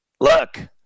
Look